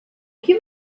que